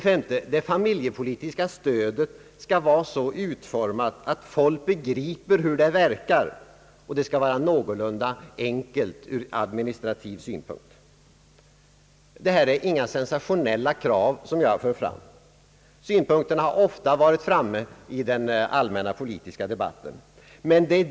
5) Det familjepolitiska stödet skall vara så utformat att folk begriper hur det verkar, och det skall vara någorlunda enkelt ur administrativ synpunkt. Dessa krav är inte sensationella. Syn punkterna har varit uppe i den allmänna politiska debatten.